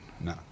No